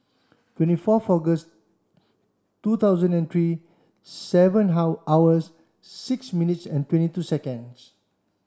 twenty four two thousand and three seven how hours six minutes and twenty two seconds